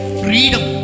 freedom